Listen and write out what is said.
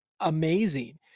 Amazing